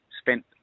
spent